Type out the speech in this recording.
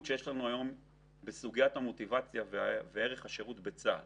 שיש לנו בסוגיית המוטיבציה וערך השירות בצה"ל